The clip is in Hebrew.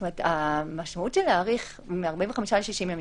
המשמעות של להאריך מ-45 ל-60 יום,